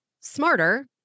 smarter